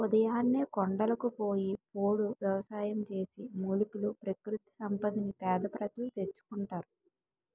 ఉదయాన్నే కొండలకు పోయి పోడు వ్యవసాయం చేసి, మూలికలు, ప్రకృతి సంపదని పేద ప్రజలు తెచ్చుకుంటారు